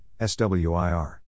SWIR